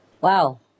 Wow